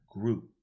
group